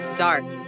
dark